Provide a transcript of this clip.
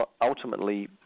ultimately